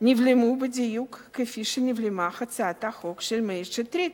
נבלמו בדיוק כפי שנבלמה הצעת החוק של מאיר שטרית,